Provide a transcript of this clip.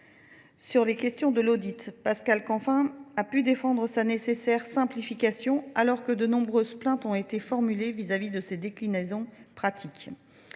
Sur les questions de l'audit, Pascal Canfin a pu défendre sa nécessaire simplification alors que de nombreuses plaintes ont été formulées vis-à-vis de ses déclinaisons pratiques.